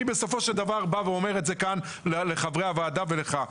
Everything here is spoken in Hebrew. אני בסופו של דבר בא ואומר את זה כאן לחברי הוועדה ולך: